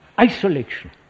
isolation